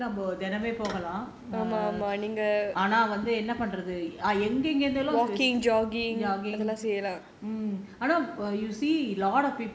எதிர்க்கே இருக்கறதுக்கு நம்ம தினமும் போகலாம் ஆனா வந்து என்ன பண்றது எங்கேங்க இருந்தோ:ethirkae irukarathuku namma thinamum pogalaam aana enna pandrathu engaenga iruntho ya ஆனா:aanaa